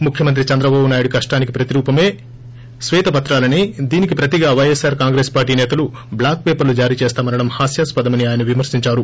ముఖ్యమంత్రి చంద్రబాబు నాయుడి కష్టానికి ప్రతిరూపమే శ్వేత పత్రాలు అని దీనికి ప్రతిగా వైఎస్పార్ కాంగ్రెస్ పార్టీ నేతలు బ్లాక్ పేపర్లు జారీ చేస్తామనడం హాస్కాస్పదమని ఆయన విమర్పించారు